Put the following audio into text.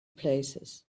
places